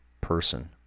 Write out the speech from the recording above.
person